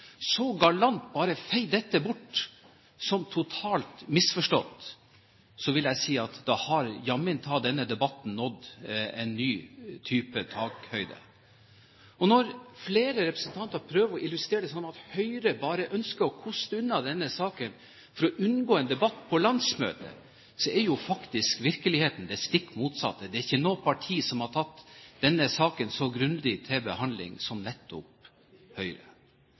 så galant bare feier dette bort som totalt misforstått, vil jeg si at da har jammen denne debatten nådd en ny type takhøyde. Når flere representanter prøver å illustrere det som at Høyre bare ønsker å koste unna denne saken for å unngå en debatt på landsmøtet, er jo faktisk virkeligheten den stikk motsatte. Det er ikke noe parti som har tatt denne saken så grundig til behandling som nettopp Høyre.